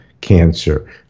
cancer